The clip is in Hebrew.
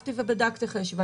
הלכתי ובדקתי אחרי הישיבה,